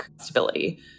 stability